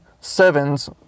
sevens